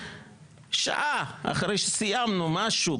שעה אחרי שסיימנו משהו,